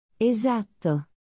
Esatto